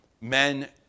men